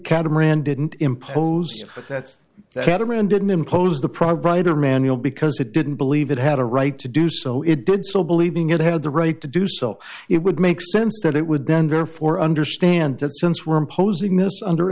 catamaran didn't impose that's the catamaran didn't impose the prob rider manual because it didn't believe it had a right to do so it did so believing it had the right to do so it would make sense that it would then therefore understand that since we're imposing this under